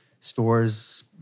stores